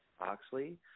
Oxley